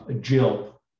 Jill